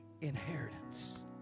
Inheritance